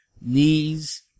Knees